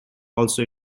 also